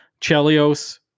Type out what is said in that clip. Chelios